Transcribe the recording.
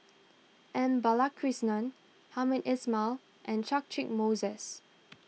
M Balakrishnan Hamed Ismail and Catchick Moses